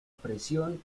presión